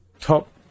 top